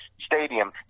stadium